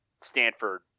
Stanford